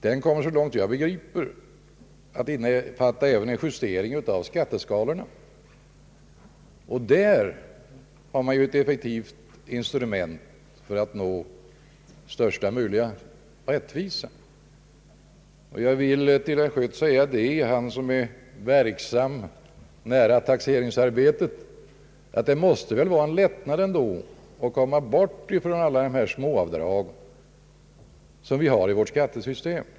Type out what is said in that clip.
Den kommer, såvitt jag begriper, att innefatta även en justering av skatteskalorna. Där finns ett effektivt instrument för att nå största möjliga rättvisa. Till herr Schött — som är verksam nära taxeringsarbetet — vill jag säga att det väl bör vara en lättnad att komma bort från alla de småavdrag som vi nu har i vårt skattesystem.